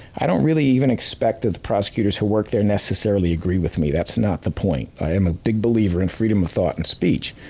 i don't really even expected that the prosecutors who work there necessarily agree with me, that's not the point. i am a big believer in freedom of thought and speech.